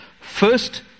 first